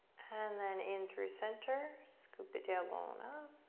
and then in through center, scoop the tailbone up